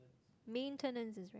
maintenance is